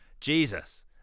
Jesus